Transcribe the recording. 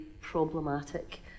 problematic